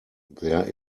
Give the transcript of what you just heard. there